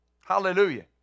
Hallelujah